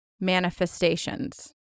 manifestations